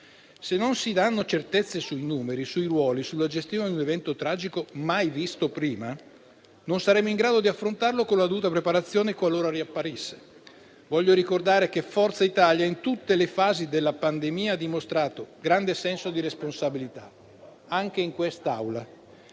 Se non si danno certezze sui numeri, sui ruoli, sulla gestione di un evento tragico mai visto prima, non saremo in grado di affrontarlo con la dovuta preparazione qualora riapparisse. Voglio ricordare che Forza Italia in tutte le fasi della pandemia ha dimostrato grande senso di responsabilità, anche in quest'Aula,